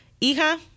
hija